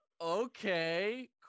okay